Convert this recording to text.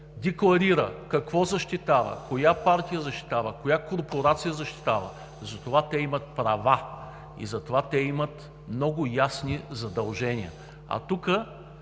декларира какво защитава, коя партия защитава, коя корпорация защитава. Затова имат права и затова имат много ясни задължения. А тук